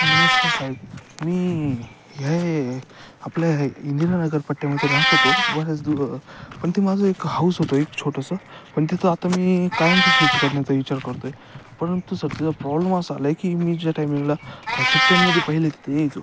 नमस्कार साहेब मी ह्ये आपल्या इंदिरा नगर पट्ट्यामध्ये राहत होतो बरेच दु पण ते माझं एक हाऊस होतं एक छोटंसं पण तिथं आता मी कायमचं शिफ्ट करण्याचा विचार करतो आहे परंतु सर त्याचा प्रॉब्लम असा आला आहे की मी ज्या टाइमिंगला सुट्ट्यांमध्ये पहिले तिथे यायचो